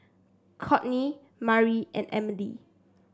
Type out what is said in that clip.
Cortney Mari and Emilie